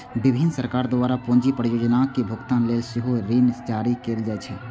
विभिन्न सरकार द्वारा पूंजी परियोजनाक भुगतान लेल सेहो ऋण जारी कैल जाइ छै